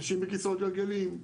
אנשים בכיסאות גלגלים,